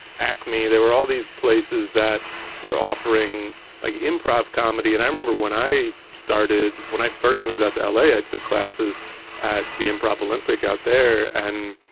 acme, there were all these places that were offering like improv comedy. and i remember when i started when i first moved out to l a, i took classes at the improv olympic out there and